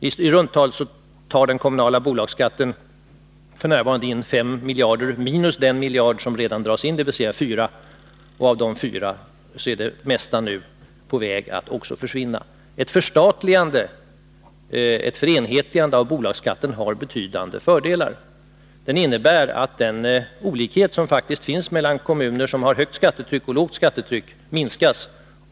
I runt tal tar den kommunala bolagsskatten f. n. in 5 miljarder minus den miljard som redan dras in, dvs. 4 miljarder, och av dessa 4 miljarder är nu det mesta på väg att försvinna. Ett förenhetligande av bolagsskatten har betydande fördelar. Det innebär att den olikhet som faktiskt finns mellan kommuner som har högt skattetryck och kommuner som har lågt skattetryck minskas.